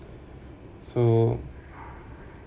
to